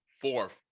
fourth